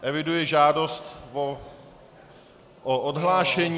Eviduji žádost o odhlášení.